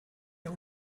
der